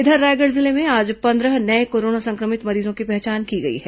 इधर रायगढ़ जिले में आज पंद्रह नये कोरोना संक्रमित मरीजों की पहचान की गई है